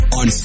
on